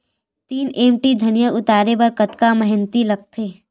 तीन एम.टी धनिया उतारे बर कतका मेहनती लागथे?